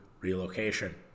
relocation